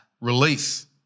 release